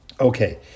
Okay